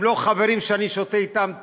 הם לא חברים שאני שותה איתם תה,